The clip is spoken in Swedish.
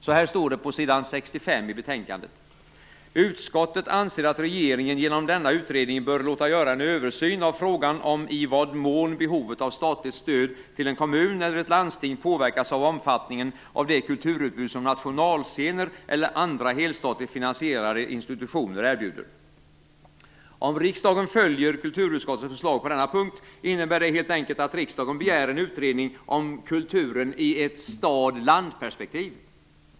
Så här står det på s. 65 i betänkandet: "Utskottet anser att regeringen genom denna utredning bör låta göra en översyn av frågan om i vad mån behovet av statligt stöd till en kommun eller ett landsting påverkas av omfattningen av det kulturutbud som nationalscener eller andra helstatligt finansierade institutioner erbjuder." Om riksdagen följer kulturutskottets förslag på denna punkt, innebär det helt enkelt att riksdagen begär en utredning om kulturen i ett stad-landperspektiv.